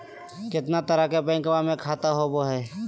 कितना तरह के बैंकवा में खाता होव हई?